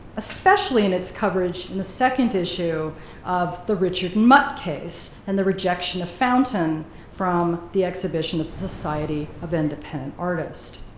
especially in its coverage in the second issue of the richard mutt case and the rejection of fountain from the exhibition at the society of independent artists.